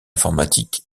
informatique